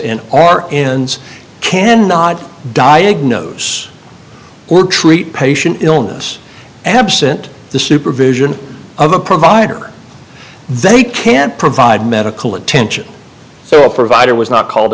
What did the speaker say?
in our ends can not diagnose or treat patient illness absent the supervision of a provider that he can't provide medical attention so a provider was not called